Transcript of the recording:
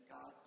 God